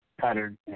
pattern